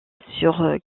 sur